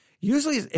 usually